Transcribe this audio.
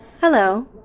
Hello